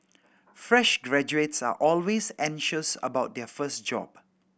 fresh graduates are always anxious about their first job